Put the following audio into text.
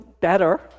better